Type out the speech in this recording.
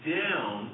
down